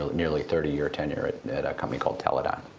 nearly thirty year tenure at a company called teledyne.